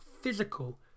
physical